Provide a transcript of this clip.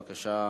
בבקשה.